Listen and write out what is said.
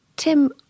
Tim